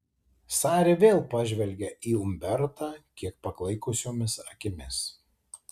sari vėl pažvelgia į umbertą kiek paklaikusiomis akimis